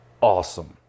awesome